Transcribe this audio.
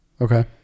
Okay